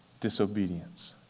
disobedience